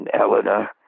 Eleanor